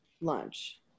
lunch